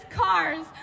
cars